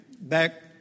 back